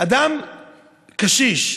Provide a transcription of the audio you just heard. אדם קשיש,